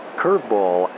curveball